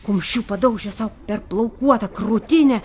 kumščiu padaužė sau per plaukuotą krūtinę